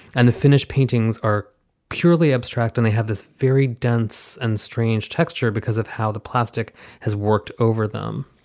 and the finished paintings are purely abstract and they have this very dense and strange texture because of how the plastic has worked over them.